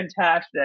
fantastic